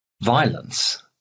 violence